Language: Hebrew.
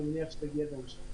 אני מניח שהיא תגיע בהמשך.